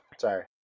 Sorry